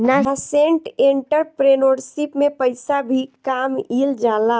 nascent entrepreneurship में पइसा भी कामयिल जाला